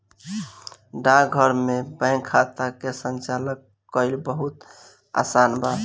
डाकघर में बैंक खाता के संचालन कईल बहुत आसान बा